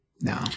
No